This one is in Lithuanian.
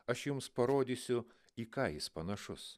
aš jums parodysiu į ką jis panašus